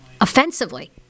Offensively